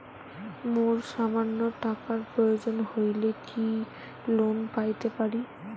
মোর সামান্য টাকার প্রয়োজন হইলে কি লোন পাইতে পারি?